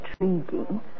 intriguing